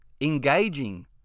engaging